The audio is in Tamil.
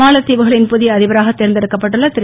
மாலத்தீவுகளின் புதிய அதிபராக தேர்ந்தெடுக்கப் பட்டுள்ள திரு